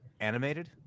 animated